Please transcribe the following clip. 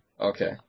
Okay